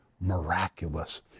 miraculous